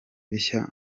bishya